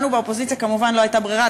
לנו באופוזיציה כמובן לא הייתה ברירה,